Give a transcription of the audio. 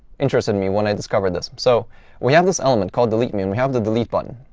interested me when i discovered this. so we have this element called delete me, and we have the delete button.